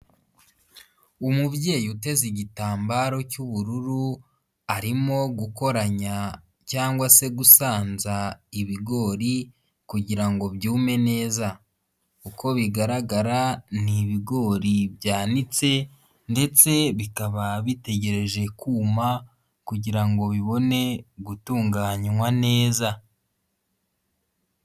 Umubyeyi uteze igitambaro cy'ubururu arimo gukoranya cyangwa se gusanza ibigori kugira ngo byume neza, uko bigaragara ni ibigori byanitse ndetse bikaba bitegereje kuma kugira ngo bibone gutunganywa neza.